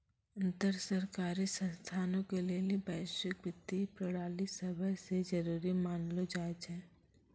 अन्तर सरकारी संस्थानो के लेली वैश्विक वित्तीय प्रणाली सभै से जरुरी मानलो जाय छै